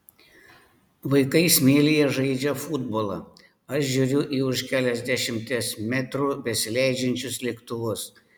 vaikai smėlyje žaidžia futbolą aš žiūriu į už keliasdešimties metrų besileidžiančius lėktuvus